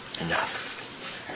Enough